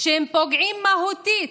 שפוגעים מהותית,